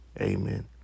Amen